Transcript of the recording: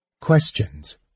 Questions